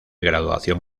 graduación